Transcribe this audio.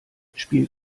spielt